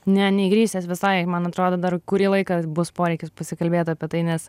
ne neįgrisęs visai man atrodo dar kurį laiką bus poreikis pasikalbėt apie tai nes